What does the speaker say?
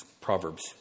Proverbs